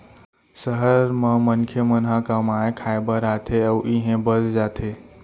सहर म मनखे मन ह कमाए खाए बर आथे अउ इहें बस जाथे